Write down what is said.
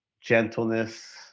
gentleness